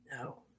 No